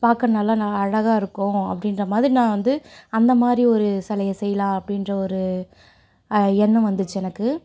பார்க்க நல்லா அழகாயிருக்கும் அப்படின்றமாதிரி நான் வந்து அந்தமாதிரி ஒரு சிலையை செய்யலாம் அப்படின்ற ஒரு எண்ணம் வந்துச்சு எனக்கு